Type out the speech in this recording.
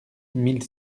mille